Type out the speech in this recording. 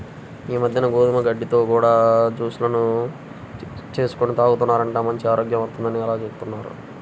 ఈ మద్దెన గోధుమ గడ్డితో కూడా జూస్ లను చేసుకొని తాగుతున్నారంట, మంచి ఆరోగ్యం వత్తందని అలా జేత్తన్నారు